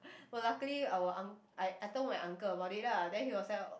but luckily our unc~ I I told my uncle about it lah then he was like